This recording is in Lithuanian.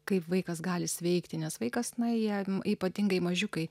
kaip vaikas gali sveikti nes vaikas na jie ypatingai mažiukai